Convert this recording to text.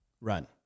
run